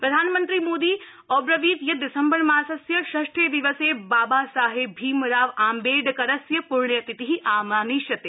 प्रधानमन्त्री मोदी अब्रवीतु यतु दिसम्बर मासस्य षष्ठे दिवसे बाबा साहेब भीमराव आम्बेडकरस्य पृण्यतिथि आमानयिष्यते